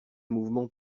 mouvement